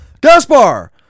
Gaspar